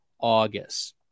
August